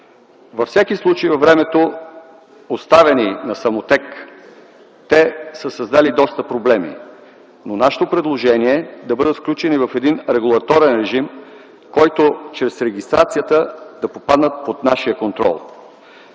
Във всеки случай, във времето оставени на самотек, те са създали доста проблеми. Нашето предложение е да бъдат включени в един регулаторен режим, който чрез регистрацията да попаднат под нашия контрол.